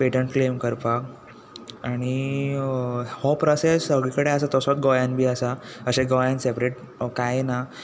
patent claim करपा आनी हो प्रोसेस सगली कडेन आसा तसोत गोंयांत बीन आसा अशें गोंयांत सेपरेट कांय ना